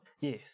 Yes